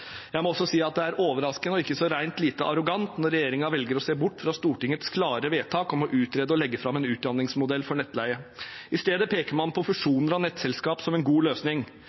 Jeg må også si det er overraskende og ikke så rent lite arrogant når regjeringen velger å se bort fra Stortingets klare vedtak om å utrede og legge fram en utjevningsmodell for nettleie. I stedet peker man på fusjoner av nettselskaper som en god løsning.